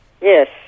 Yes